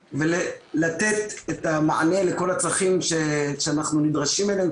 ולתת את המענה לכל הצרכים שאנחנו נדרשים אליהם,